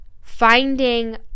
finding